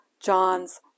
John's